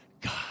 God